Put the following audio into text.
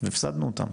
והפסדנו אותם.